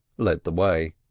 led the way.